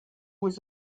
was